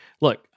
look